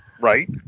Right